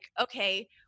okay